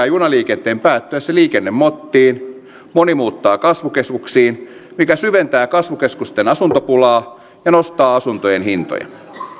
junaliikenteen päättyessä liikennemottiin moni muuttaa kasvukeskuksiin mikä syventää kasvukeskusten asuntopulaa ja nostaa asuntojen hintoja